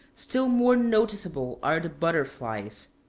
still more noticeable are the butterflies.